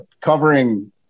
covering